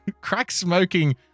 crack-smoking